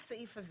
הסעיף הזה